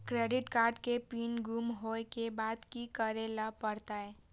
Credit card के PIN गुम होय के बाद की करै ल परतै?